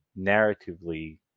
narratively